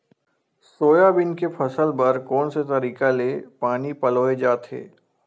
Soybean के फसल बर कोन से तरीका ले पानी पलोय जाथे?